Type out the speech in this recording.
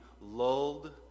lulled